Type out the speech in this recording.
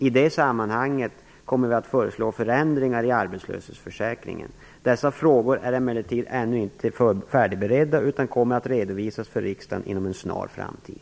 I det sammanhanget kommer vi att föreslå förändringar i arbetslöshetsförsäkringen. Dessa frågor är emellertid ännu inte till fullo färdigberedda utan kommer att redovisas för riksdagen inom en snar framtid.